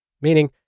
Meaning